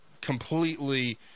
completely